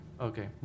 Okay